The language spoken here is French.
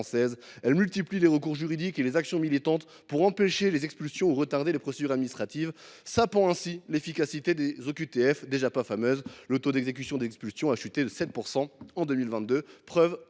Elles multiplient les recours juridiques et les actions militantes pour empêcher les expulsions ou retarder les procédures administratives, sapant ainsi l’efficacité des OQTF, déjà peu reluisante. Le taux d’exécution de ces décisions d’expulsion a chuté à 7 % en 2022, ce qui constitue